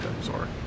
sorry